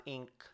Inc